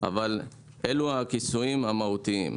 אבל אלו הכיסויים המהותיים.